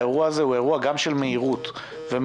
האירוע הזה מחייב גם מהירות תגובה.